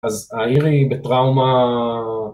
אז העיר היא בטראומה...